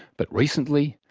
but recently,